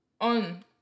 on